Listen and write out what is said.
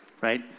right